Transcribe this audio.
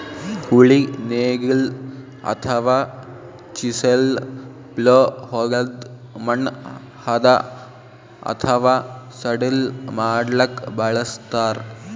ಉಳಿ ನೇಗಿಲ್ ಅಥವಾ ಚಿಸೆಲ್ ಪ್ಲೊ ಹೊಲದ್ದ್ ಮಣ್ಣ್ ಹದಾ ಅಥವಾ ಸಡಿಲ್ ಮಾಡ್ಲಕ್ಕ್ ಬಳಸ್ತಾರ್